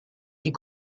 die